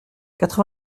quatre